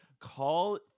call